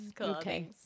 okay